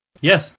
Yes